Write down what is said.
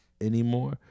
anymore